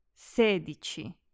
sedici